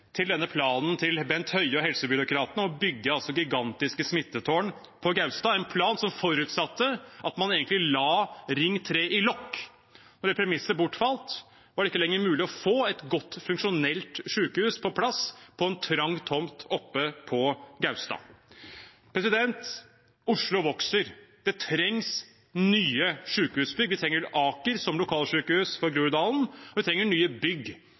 til denne planen til Bent Høie og helsebyråkratene om å bygge gigantiske smittetårn på Gaustad, en plan som egentlig forutsatte at man la Ring 3 under lokk. Det premisset bortfalt. Det er ikke lenger mulig å få et godt, funksjonelt sykehus på plass på en trang tomt oppe på Gaustad. Oslo vokser. Det trengs nye sykehusbygg. Vi trenger Aker som lokalsykehus for Groruddalen, og vi trenger nye bygg